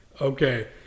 okay